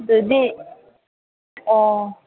ꯑꯗꯨꯗꯤ ꯑꯣ